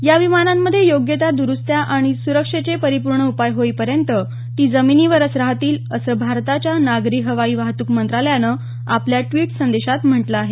या विमानांमधे योग्य त्या द्रुस्त्या आणि सुरक्षेचे परिपूर्ण उपाय होईपर्यंत ती जमिनीवरच राहतील असं भारताच्या नागरी हवाई वाहतूक मंत्रालयानं आपल्या ट्विट संदेशात म्हटलं आहे